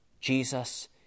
Jesus